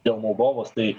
dėl moldovos tai